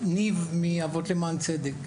אבות למען צדק.